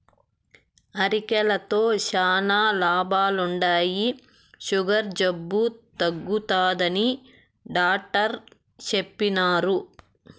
అరికెలతో శానా లాభాలుండాయి, సుగర్ జబ్బు తగ్గుతాదని డాట్టరు చెప్పిన్నారు